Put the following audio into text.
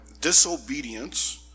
disobedience